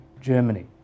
Germany